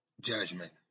Judgment